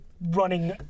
running